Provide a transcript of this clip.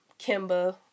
Kimba